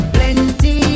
Plenty